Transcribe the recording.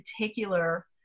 particular